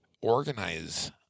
organize